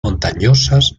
montañosas